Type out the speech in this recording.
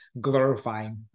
glorifying